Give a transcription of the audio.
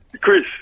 Chris